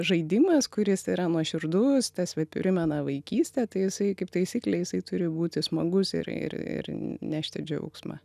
žaidimas kuris yra nuoširdus tas va primena vaikystę tai jisai kaip taisyklė jisai turi būti smagus ir ir ir nešti džiaugsmą